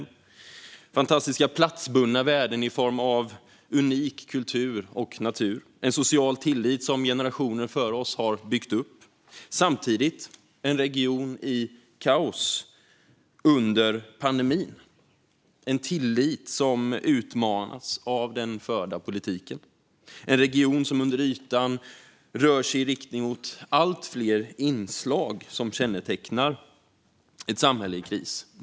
Det har fantastiska platsbundna värden i form av unik kultur och natur. Det finns en social tillit som generationer före oss har byggt upp. Samtidigt var det en region i kaos under pandemin, med en tillit som utmanades av den förda politiken. Norden är en region som under ytan rör sig i riktning mot allt fler inslag som kännetecknar ett samhälle i kris.